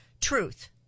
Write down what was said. Truth